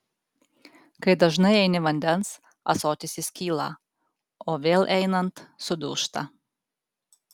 kai dažnai eini vandens ąsotis įskyla o vėl einant sudūžta